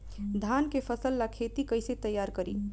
धान के फ़सल ला खेती कइसे तैयार करी?